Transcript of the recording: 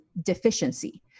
deficiency